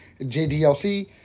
JDLC